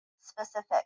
specific